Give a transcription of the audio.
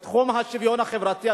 בתחום השוויון החברתי.